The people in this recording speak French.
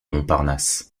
montparnasse